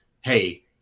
hey